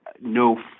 no